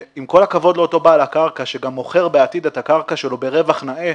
עם כל הכבוד לאותו בעל הקרקע שגם מוכר בעתיד את הקרקע שלו ברווח נאה,